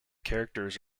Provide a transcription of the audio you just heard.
characters